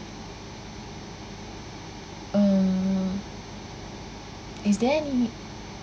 um is there any